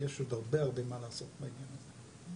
יש עוד הרבה מה לעשות בעניין הזה.